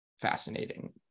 fascinating